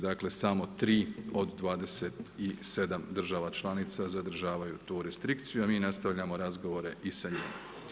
Dakle, samo tri do 27 država članica zadržavaju tu restrikciju, a mi nastavljamo razgovore i sa njima.